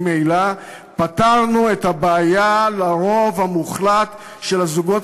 ממילא פתרנו את הבעיה לרוב המוחלט של הזוגות